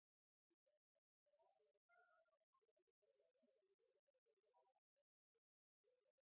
Det